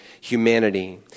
humanity